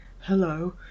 hello